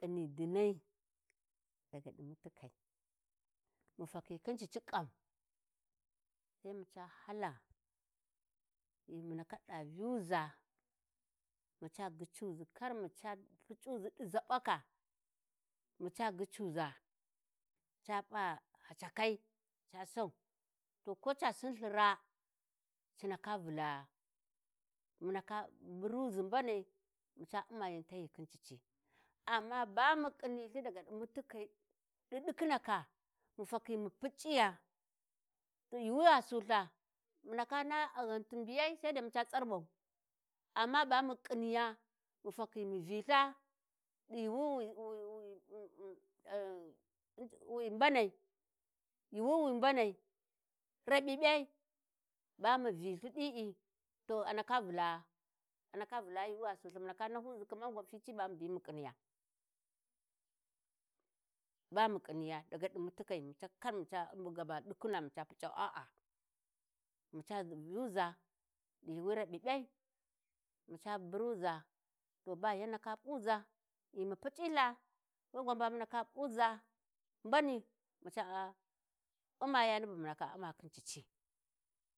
﻿Ƙhini dinnai daga ɗi mutikai, mu fakhi khin cici ƙan, sai maca hala ghi mun ndaka ɗa vyu ʒa, maca gyicuʒi kar maca puc'uʒi ɗi ʒaɓaka, maca zhuza ca p'a hacakai ca sau to ko ca sin lthi raa ci ndaka vullaa mu ndaka buruʒi mbanai maca u'ma yan tahyiyi khin cici. Amma ba mu khini lthi daga ɗi mutikai ɗi dikkhinaka ba mu puc'iya to yuuwi gha sultha, mu ndaka naha a ghanti biyai sai dai maca tsarɓau. Amma ba mu ƙhiniya mu fakhi mu Viltha ai yiwu wi wi wi ab uh wi mbanai, yuuwi wi mbanai, raɓiɓya ba mu Vyi ɗi'i to a ndaka Vulaa a ndaka vulaa yuuwi gha su ltha mu ndaka nahuzi kaman gwan fici ba mu bihyum mu ƙhiniya. Ba mu Ƙhiniya daga ɗi mutikai "maca " kar maca gaba ɗikkhina maca puc'au a-a, maca vyu ʒa ɗi yuuwi raɓiɓyai, mu ca buruʒa to ba yan ndaka p'uza, ghi mu puc'i lthe we gwan' ba mu ndaka p'uʒa mbаnаi maca u'ma yani bu mu ndaka u'ma khin cici.